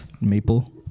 Maple